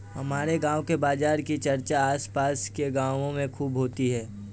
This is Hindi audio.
हमारे गांव के बाजार की चर्चा आस पास के गावों में खूब होती हैं